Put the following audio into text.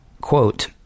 quote